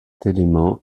élément